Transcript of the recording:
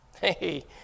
Hey